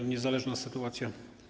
Niezależna sytuacja.